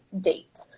date